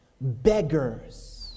beggars